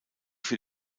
für